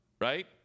right